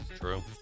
True